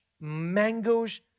mangoes